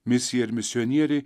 misija ir misionieriai